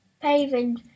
paving